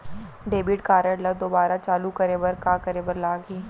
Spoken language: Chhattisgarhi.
डेबिट कारड ला दोबारा चालू करे बर का करे बर लागही?